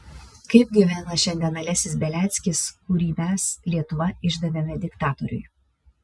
kaip gyvena šiandien alesis beliackis kurį mes lietuva išdavėme diktatoriui